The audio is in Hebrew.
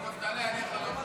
בבקשה.